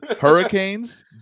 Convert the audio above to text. Hurricanes